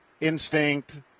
instinct